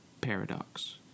paradox